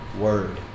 Word